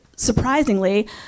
surprisingly